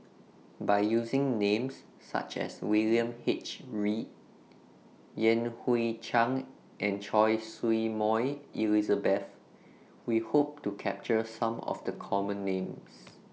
By using Names such as William H Read Yan Hui Chang and Choy Su Moi Elizabeth We Hope to capture Some of The Common Names